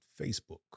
facebook